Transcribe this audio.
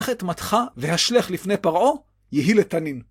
קח את מטך, והשלך לפני פרעה, יהי לתנין.